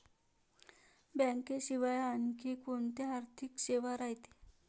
बँकेशिवाय आनखी कोंत्या आर्थिक सेवा रायते?